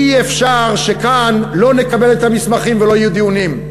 אי-אפשר שכאן לא נקבל את המסמכים ולא יהיו דיונים.